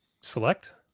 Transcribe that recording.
select